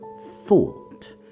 thought